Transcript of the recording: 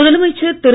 முதலமைச்சர் திரு